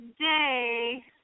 today